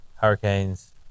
Hurricanes